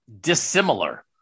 dissimilar